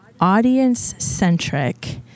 audience-centric